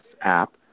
app